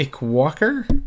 walker